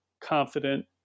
confident